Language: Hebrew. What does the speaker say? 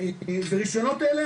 ורישיונות אלה,